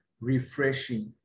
refreshing